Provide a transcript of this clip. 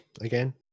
again